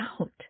out